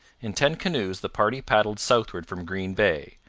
in ten canoes the party paddled southward from green bay,